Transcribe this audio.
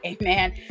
Amen